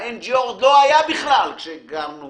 ה-NGO עוד לא היה בכלל שגרנו